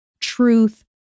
truth